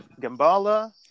Gambala